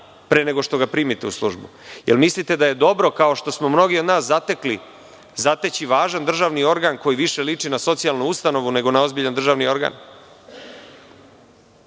pre nego što ga primite u službu? Da li mislite da je dobro, kao što smo mnogi od nas zatekli, zateći važan državni organ koji više liči na socijalnu ustanovu nego na ozbiljan državni organ?